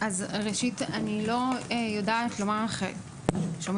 אז ראשית, אני לא יודעת לומר לך שומעים?